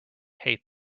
hate